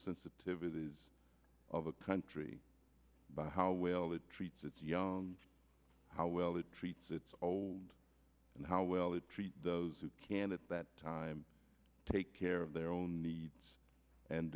sensitivities of a country but how well it treats its young how well it treats its old and how well they treat those who can at that time take care of their own needs and